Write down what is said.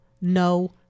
no